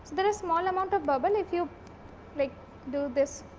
there is small amount of bubble if you like do this